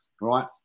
right